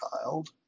child